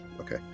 okay